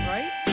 Right